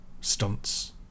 Stunts